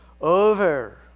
Over